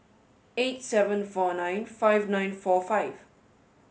eight seven four nine five nine four five